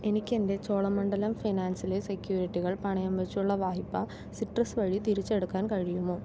എനിക്കെൻ്റെ ചോളമണ്ഡലം ഫിനാൻസിലെ സെക്യൂരിറ്റികൾ പണയം വച്ചുള്ള വായ്പ സിട്രസ്സ് വഴി തിരിച്ചെടുക്കാൻ കഴിയുമോ